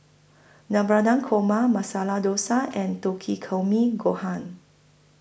Navratan Korma Masala Dosa and Takikomi Gohan